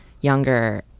younger